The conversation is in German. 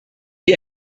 die